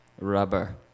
Rubber